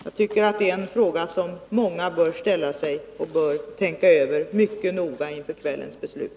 Jag tycker det är en fråga många bör ställa sig och tänka över mycket noga inför kvällens beslut.